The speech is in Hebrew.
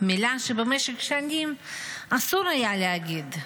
מילה שבמשך שנים אסור היה להגיד,